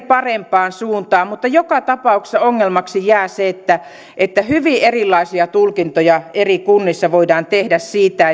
parempaan suuntaan mutta joka tapauksessa ongelmaksi jää se että että hyvin erilaisia tulkintoja eri kunnissa voidaan tehdä siitä